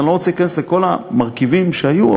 אני לא רוצה להיכנס לכל המרכיבים שהיו,